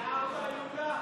חבריי חברי הכנסת,